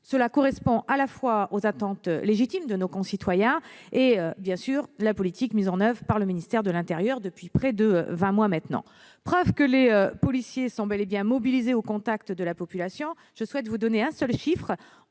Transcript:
Cela correspond à la fois aux attentes légitimes de nos concitoyens et, bien sûr, à la politique mise en oeuvre par le ministère de l'intérieur depuis près de vingt mois maintenant. Pour preuve que les policiers sont bel et bien mobilisés au contact de la population, je souhaite vous donner un seul chiffre